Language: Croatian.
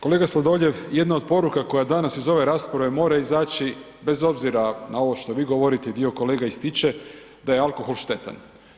Kolega Sladoljev, jedna od poruka koja danas iz ove rasprave mora izaći bez obzira na ovo što vi govorite i dio kolega ističe, da je alkohol štetan.